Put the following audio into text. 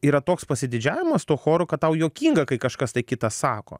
yra toks pasididžiavimas tuo choru kad tau juokinga kai kažkas tai kita sako